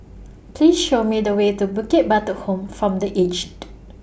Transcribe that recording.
Please Show Me The Way to Bukit Batok Home from The Aged